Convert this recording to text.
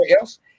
else